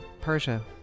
persia